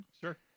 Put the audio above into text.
Sure